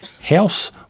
House